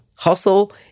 Hustle